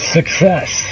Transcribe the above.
Success